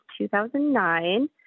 2009